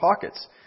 pockets